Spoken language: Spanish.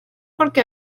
porque